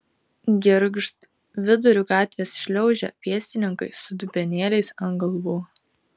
girgžt viduriu gatvės šliaužia pėstininkai su dubenėliais ant galvų